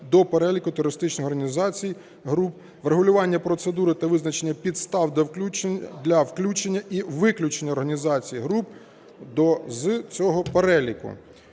до переліку терористичних організацій (груп), врегулювання процедури ти визначення підстав для включення і виключення організацій (груп) до/з цього переліку.